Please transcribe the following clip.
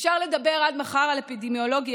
אפשר לדבר עד מחר על אפידמיולוגיה,